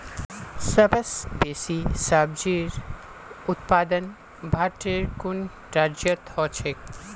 सबस बेसी सब्जिर उत्पादन भारटेर कुन राज्यत ह छेक